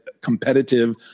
competitive